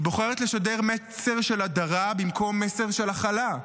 היא בוחרת לשדר מסר של הדרה במקום מסר של הכלה.